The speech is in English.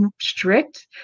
strict